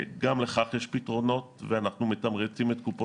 גם לכך יש פתרונות ואנחנו מתמרצים את קופות החולים.